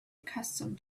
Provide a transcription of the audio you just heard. accustomed